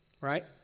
right